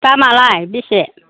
दामालाय बेसे